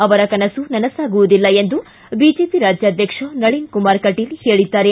ಅವರ ಕನಸು ನನಸಾಗುವುದಿಲ್ಲ ಎಂದು ಬಿಜೆಪಿ ರಾಜ್ಯಾಧ್ಯಕ್ಷ ನಳಿನ್ಕುಮಾರ್ ಕಟೀಲ್ ಹೇಳಿದ್ದಾರೆ